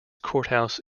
courthouse